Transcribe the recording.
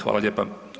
Hvala lijepa.